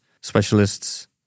specialists